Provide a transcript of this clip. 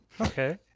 Okay